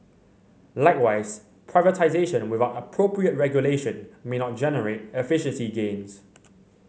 likewise privatisation without appropriate regulation may not generate efficiency gains